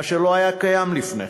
מה שלא היה קיים לפני כן,